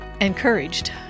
encouraged